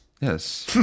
Yes